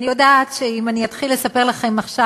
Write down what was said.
אני יודעת שאם אני אתחיל לספר לכם עכשיו